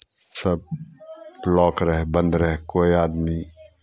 सभ ब्लॉक रहै बन्द रहै कोइ आदमी